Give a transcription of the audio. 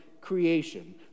creation